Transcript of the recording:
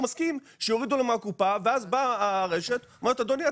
מסכים שיורידו לו מהקופה ואז באה הרשת ואומרת: אדוני,